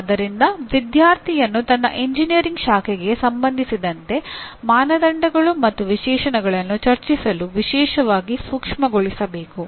ಆದ್ದರಿಂದ ವಿದ್ಯಾರ್ಥಿಯನ್ನು ತನ್ನ ಎಂಜಿನಿಯರಿಂಗ್ ಶಾಖೆಗೆ ಸಂಬಂಧಿಸಿದಂತೆ ಮಾನದಂಡಗಳು ಮತ್ತು ವಿಶೇಷಣಗಳನ್ನು ಚರ್ಚಿಸಲು ವಿಶೇಷವಾಗಿ ಸೂಕ್ಷ್ಮಗೊಳಿಸಬೇಕು